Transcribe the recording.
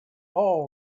all